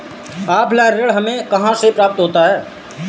Offline ऋण हमें कहां से प्राप्त होता है?